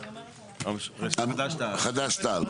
"חד"ש-תע"ל".